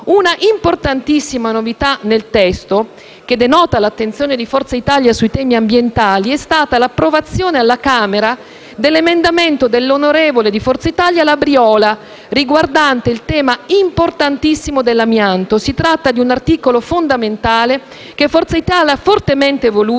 Un'importantissima novità nel testo, che denota l'attenzione di Forza Italia sui temi ambientali, è stata l'approvazione alla Camera dell'emendamento dell'onorevole Labriola, del Gruppo di Forza Italia, riguardante il rilevantissimo tema dell'amianto. Si tratta di un articolo fondamentale che Forza Italia ha fortemente voluto